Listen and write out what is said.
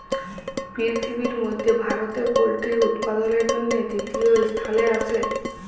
পিরথিবির মধ্যে ভারতে পল্ট্রি উপাদালের জনহে তৃতীয় স্থালে আসে